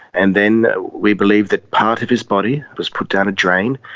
and then we believe that part of his body was put down a drain,